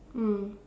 mm